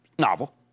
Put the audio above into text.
novel